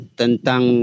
tentang